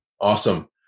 Awesome